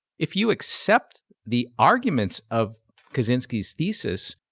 if you accept the arguments of kozinski's thesis,